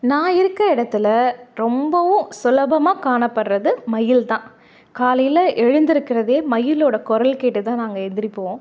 நான் இருக்க இடத்துல ரொம்பவும் சுலபமாக காணப்படுறது மயில் தான் காலையில் எழுந்திருக்கிறதே மயிலோட குறல் கேட்டு தான் நாங்கள் எழுந்திரிப்போம்